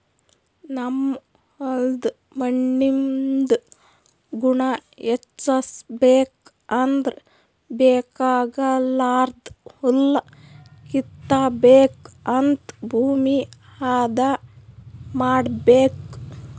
ನಮ್ ಹೋಲ್ದ್ ಮಣ್ಣಿಂದ್ ಗುಣ ಹೆಚಸ್ಬೇಕ್ ಅಂದ್ರ ಬೇಕಾಗಲಾರ್ದ್ ಹುಲ್ಲ ಕಿತ್ತಬೇಕ್ ಮತ್ತ್ ಭೂಮಿ ಹದ ಮಾಡ್ಬೇಕ್